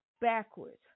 backwards